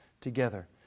together